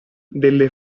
delle